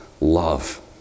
love